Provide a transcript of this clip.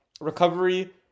recovery